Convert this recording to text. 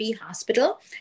hospital